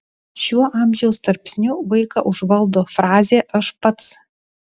šiuo amžiaus tarpsniu vaiką užvaldo frazė aš pats